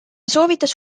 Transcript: soovitas